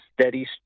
steady